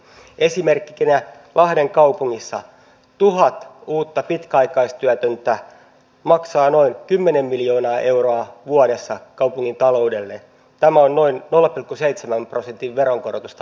esimerkkinä lahden kaupungissa turhaan uutta ehkä vielä tähän loppuun tuosta hankohyvinkää radan sähköistämisestä mikä todella olisi niin elinkeino kuin työllisyysperustein merkittävä hanke